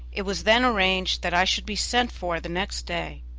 it was then arranged that i should be sent for the next day.